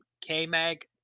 K-Mag